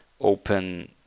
open